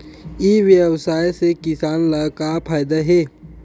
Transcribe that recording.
ई व्यवसाय से किसान ला का फ़ायदा हे?